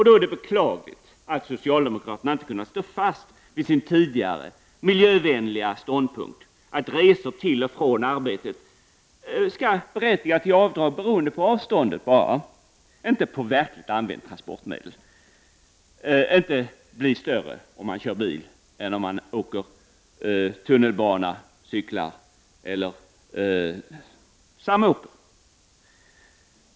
Det är beklagligt att socialdemokraterna inte har kunnat stå fast vid sin tidigare miljövänliga ståndpunkt — att det är avståndet som avgör storleken på avdraget för resor till och från arbetet, inte vilket transportmedel som har använts. Det handlar inte om huruvida man åker bil, tar tunnelbanan, cyklar eller samåker.